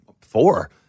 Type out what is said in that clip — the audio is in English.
four